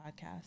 podcast